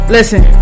Listen